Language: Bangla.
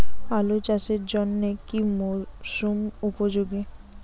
আলু চাষের জন্য কি মরসুম উপযোগী?